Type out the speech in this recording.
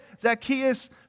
Zacchaeus